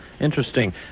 interesting